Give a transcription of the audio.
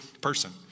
person